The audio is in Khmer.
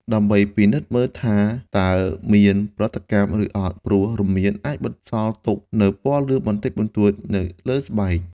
ដើម្បីពិនិត្យមើលថាតើមានប្រតិកម្ម ឬអត់ ព្រោះរមៀតអាចបន្សល់ទុកនូវពណ៌លឿងបន្តិចបន្តួចនៅលើស្បែក។